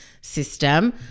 system